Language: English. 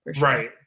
Right